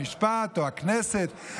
המשפט או הכנסת,